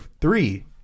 three